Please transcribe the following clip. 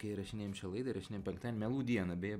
kai įrašinėjam šią laidą įrašinėjam penktadienį melų dieną beje